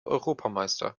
europameister